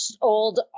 old